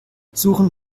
suchen